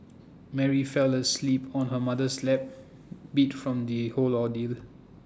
Mary fell asleep on her mother's lap beat from the whole ordeal